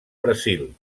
brasil